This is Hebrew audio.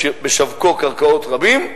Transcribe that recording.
בשווקו קרקעות רבות,